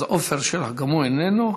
חבר הכנסת עפר שלח, גם הוא איננו,